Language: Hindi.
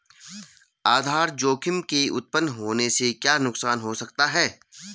आधार जोखिम के उत्तपन होने से क्या नुकसान हो सकता है?